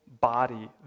body